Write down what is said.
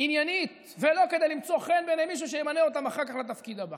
עניינית ולא כדי למצוא חן בעיני מישהו שימנה אותם אחר כך לתפקיד הבא.